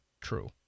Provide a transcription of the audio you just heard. true